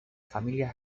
familia